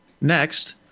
Next